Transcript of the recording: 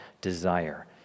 desire